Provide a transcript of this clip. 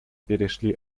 перешли